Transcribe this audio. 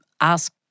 ask